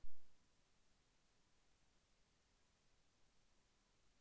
దేశవాళీ ఆవు నెయ్యి ఒక కిలోగ్రాము మూడు వేలు రూపాయలు ఎందుకు ఉంటుంది?